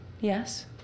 Yes